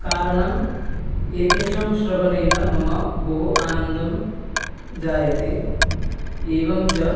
कारणम् एतेषां श्रवणेन मम बहु आनन्दं जायते एवं च